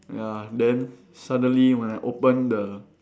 ya then suddenly when I open the